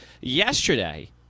Yesterday